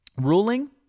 ruling